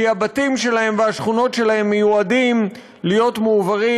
כי הבתים שלהם והשכונות שלהם מיועדים להיות מועברים